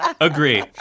agree